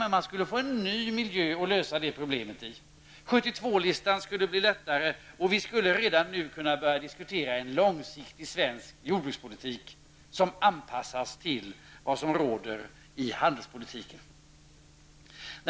Men man skulle få en ny miljö att lösa det problemet i. 72-listan skulle bli lättare, och vi skulle redan nu kunna börja diskutera en långsiktig svensk jordbrukspolitik anpassad till rådande förhållanden inom handelspolitiken.